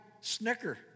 snicker